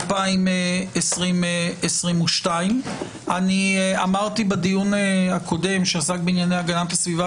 2022. אני אמרתי בדיון הקודם שעסק בענייני הגנת הסביבה,